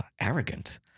arrogant